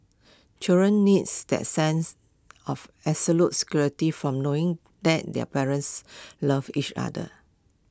children needs that sense of security from knowing that their parents love each other